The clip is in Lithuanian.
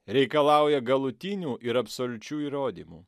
reikalauja galutinių ir absoliučių įrodymų